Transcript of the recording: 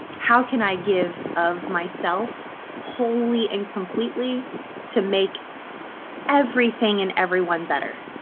how can i give of myself wholly and completely to make everything in everyone better